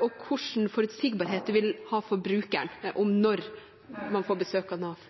og hvordan forutsigbarheten vil være for brukeren rundt når de kan få besøk av